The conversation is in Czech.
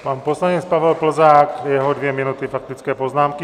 Pan poslanec Pavel Plzák a jeho dvě minuty faktické poznámky.